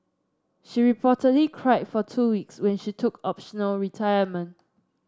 she reportedly cried for two weeks when she took optional retirement